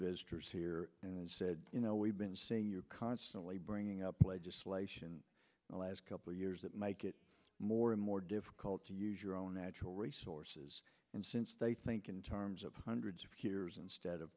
visitors here and said you know we've been saying you're constantly bringing up legislation the last couple years that make it more and more difficult to use your own natural resources and since they think in terms of hundreds of years instead of